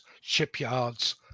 shipyards